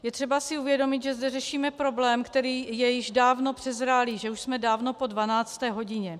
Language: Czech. Je třeba si uvědomit, že zde řešíme problém, který je již dávno přezrálý, že už jsme dávno po dvanácté hodině.